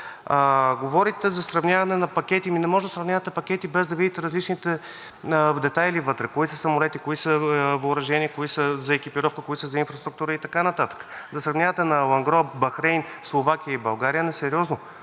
Говорите за сравняване на пакети. Не може да сравнявате пакети, без да видите различните детайли вътре – кои са за самолети, кои са за въоръжение, кои са за екипировка, кои са за инфраструктура и така нататък. Да сравнявате на алангро Бахрейн, Словакия и България е несериозно.